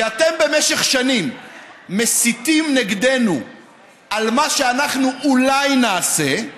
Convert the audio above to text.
שאתם במשך שנים מסיתים נגדנו על מה שאנחנו אולי נעשה,